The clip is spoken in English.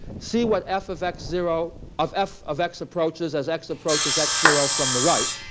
see what f of x zero of f of x approaches as x approaches x zero from the right.